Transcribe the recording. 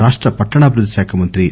రాష్ట్ర పట్టణాభివృద్ధి శాఖామంగ్రి కె